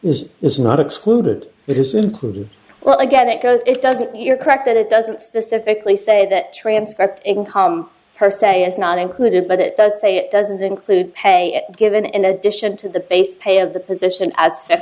is is not excluded it is included well again it goes it doesn't you're correct that it doesn't specifically say that transcript income per se is not included but it does say it doesn't include pay given in addition to the base pay of the position